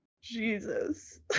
Jesus